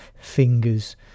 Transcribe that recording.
fingers